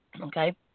Okay